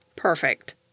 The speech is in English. perfect